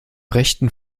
rechten